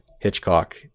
Hitchcock